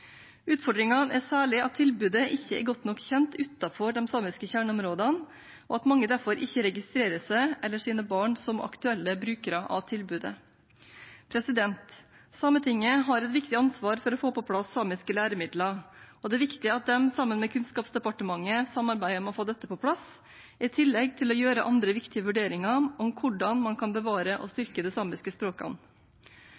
er særlig at tilbudet ikke er godt nok kjent utenfor de samiske kjerneområdene, og at mange derfor ikke registrerer seg eller sine barn som aktuelle brukere av tilbudet. Sametinget har et viktig ansvar for å få på plass samiske læremidler, og det er viktig at de samarbeider med Kunnskapsdepartementet om å få dette på plass, i tillegg til å gjøre andre viktige vurderinger av hvordan man kan bevare og